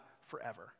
forever